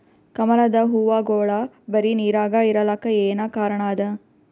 ಕಮಲದ ಹೂವಾಗೋಳ ಬರೀ ನೀರಾಗ ಇರಲಾಕ ಏನ ಕಾರಣ ಅದಾ?